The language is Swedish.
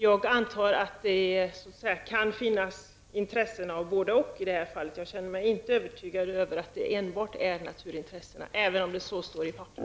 Jag antar att det finns intressen som är ''både och'' för området. Jag är inte övertygad om att det enbart gäller naturvårdsintressena, även om det skulle stå så på papper.